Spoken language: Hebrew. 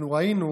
אנחנו ראינו,